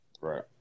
right